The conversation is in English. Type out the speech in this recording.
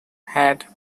had